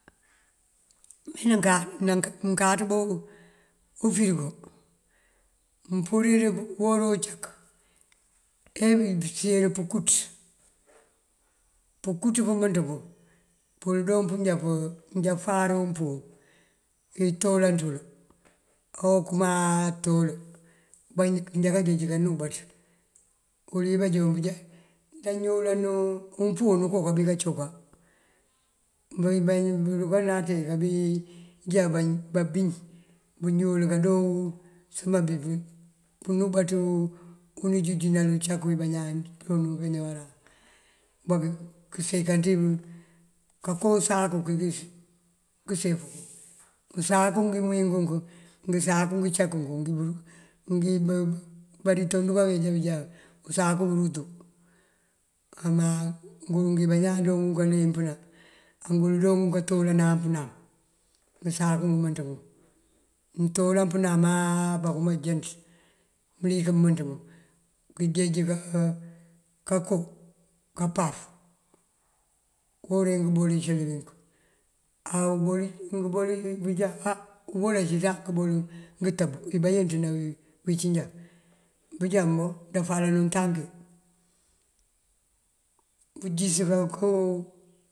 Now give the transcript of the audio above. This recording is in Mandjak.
Mënkáţ bá ufërigo mëmpurir uwora uncak eyebee pësir pënkuţ. Pënkuţ pëmënţ pun pul doo pënjá já fari umpúun keetolan ţël okëma utol njá kanjeej kanubaţ. Uwël wí banjo bunjá ndáanul umpúum okoo kabí coka. Bunkaruka nanţee kabí njá babiñ wël kandoo sëma pubaţ unij unjínal uncak uwí bañaan joon wí kañawaran. Amwá këseekan ţí kanko usaku kí kënjeej kun. Ngësaku ngí mëwín ngunk, ngësaku ngëncak ngun baritoŋ aruka kanjá kënjá usaku bërutu. Má ngun ngí bañaan doo ngun kaleempëna angul doo ngun katolënan pënam ngësaku ngëmënţ ngun. Mëntolan pënamaa angankëma jënţ mëlik mëmënţum kënjeej kanko kapaf. Uwora uwí ngëbol cëli ngun abujá ngëbol ací ţañ ngëtëb uwí bayënţ ní uwíncí njá bunjá boŋ ndafal untaki pëndisëna koo.